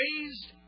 raised